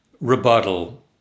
rebuttal